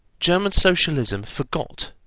german socialism forgot,